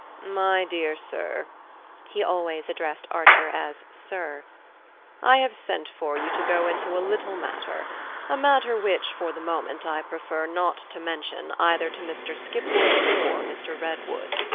my dear sir he always addressed archer as sir i have sent for you to go into a little matter a matter which, for the moment, i prefer not to mention either to mr. skipworth or mr. redwood.